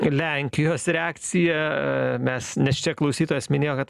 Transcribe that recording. lenkijos reakcija mes nes čia klausytojas minėjo kad